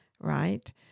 right